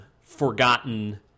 Forgotten